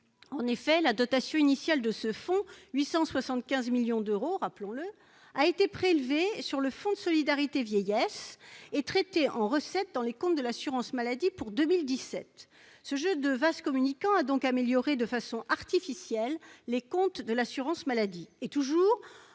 En effet, la dotation initiale de ce fonds- 875 millions d'euros, rappelons-le -a été prélevée sur le Fonds de solidarité vieillesse et traitée en recettes dans les comptes de l'assurance maladie pour 2017. Ce jeu de vases communicants a donc amélioré de façon artificielle les comptes de l'assurance maladie